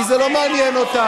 כי זה לא מעניין אותם.